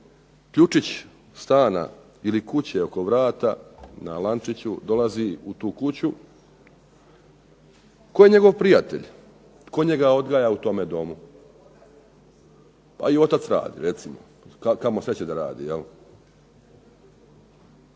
ključić stana ili kuće oko vrata na lančiću dolazi u tu kuću. Tko je njegov prijatelj? Tko njega odgaja u tom domu? A i otac radi recimo, kamo sreće da radi.